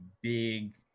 big